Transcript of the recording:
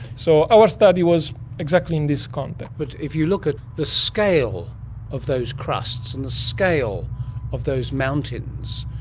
so our study was exactly in this context. but if you look at the scale of those crusts and the scale of those mountains,